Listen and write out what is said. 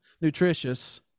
nutritious